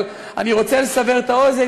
אבל אני רוצה לסבר את האוזן,